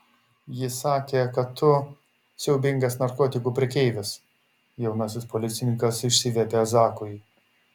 ji sakė kad tu siaubingas narkotikų prekeivis jaunasis policininkas išsiviepė zakui